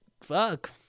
Fuck